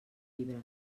llibres